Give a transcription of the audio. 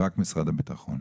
רק משרד הביטחון.